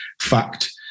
fact